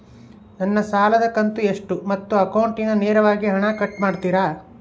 ನನ್ನ ಸಾಲದ ಕಂತು ಎಷ್ಟು ಮತ್ತು ಅಕೌಂಟಿಂದ ನೇರವಾಗಿ ಹಣ ಕಟ್ ಮಾಡ್ತಿರಾ?